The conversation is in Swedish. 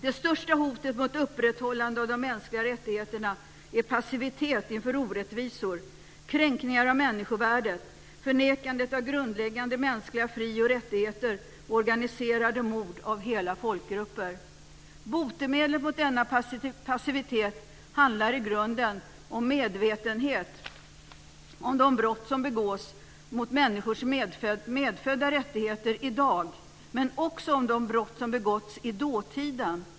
Det största hotet mot upprätthållandet av de mänskliga rättigheterna är passivitet inför orättvisor, kränkningar av människovärdet, förnekandet av grundläggande mänskliga fri och rättigheter och organiserade mord av hela folkgrupper. Botemedlet mot denna passivitet handlar i grunden om medvetenhet om de brott som begås mot människors medfödda rättigheter i dag, men också om de brott som begåtts i dåtiden.